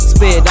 Spit